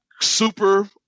super